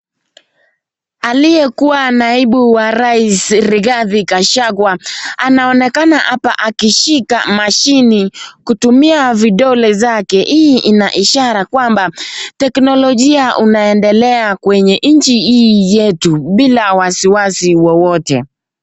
Aliyekuwa naibu wa rais Rigathi Gachagua, ananonekana hapa akishika mashini kutumia vidole zake, hii ina ishara kwamba teknolojia unaendelea kwenye nchi hii yetu bila wasiwasi wowote